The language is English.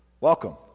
Welcome